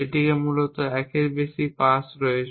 এটিতে মূলত 1 টিরও বেশি পাস রয়েছে